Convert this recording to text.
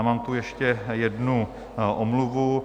Mám tu ještě jednu omluvu.